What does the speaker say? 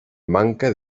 manca